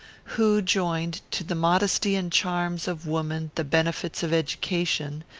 who joined to the modesty and charms of woman the benefits of education,